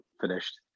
finished